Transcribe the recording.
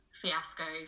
fiasco